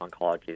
oncology